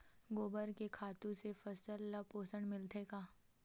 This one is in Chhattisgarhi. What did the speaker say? गोबर के खातु से फसल ल पोषण मिलथे का?